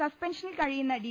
സസ്പെൻഷനിൽ കഴിയുന്ന ഡി